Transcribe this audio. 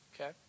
okay